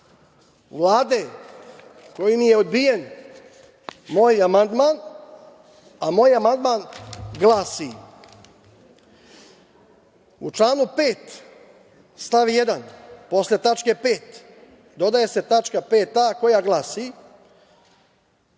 Vlade kojim je odbijen moj amandman, a moj amandman glasi: "U članu 5. stav 1, posle tačke 5) dodaje se tačka 5a) koja glasi